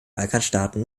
balkanstaaten